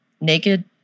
Naked